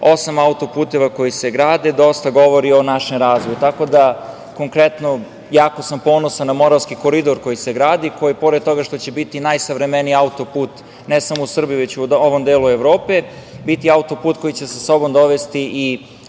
osam autoputeva koji se grade, dosta govori o našem razvoju. Jako sam ponosan na Moravski koridor koji se gradi. Pored toga što će biti najsavremeniji autoput, ne samo u Srbiji, već u ovom delu Evrope, biće i autoput koji će sa sobom dovesti i